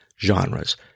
genres